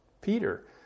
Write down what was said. Peter